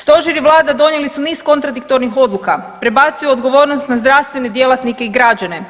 Stožer i Vlada donijeli su niz kontradiktornih odluka, prebacuju odgovornost na zdravstvene djelatnike i građana.